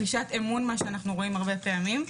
אמון, מה שאנו רואים הרבה פעמים.